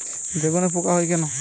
বেগুনে পোকা কেন হয়?